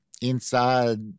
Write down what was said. inside